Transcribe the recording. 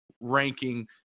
ranking